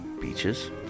beaches